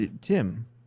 tim